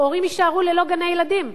ההורים יישארו ללא גני-ילדים,